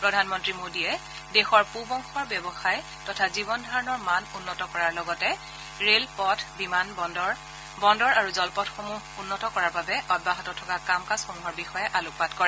প্ৰধানমন্ত্ৰী মোদীয়ে দেশৰ পূব অংশৰ ব্যৱসায় তথা জীৱন ধাৰণৰ মান উন্নত কৰাৰ লগতে ৰেল পথ বিমান বন্দৰ বন্দৰ আৰু জলপথসমূহ উন্নত কৰাৰ বাবে অব্যাহত থকা কাম কাজসমূহৰ বিষয়ে আলোকপাত কৰে